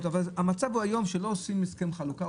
המצב היום הוא שלא עושים הסכם חלוקה.